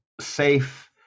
safe